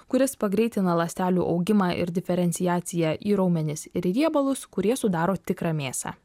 kuris pagreitina ląstelių augimą ir diferenciaciją į raumenis ir riebalus kurie sudaro tikrą mėsą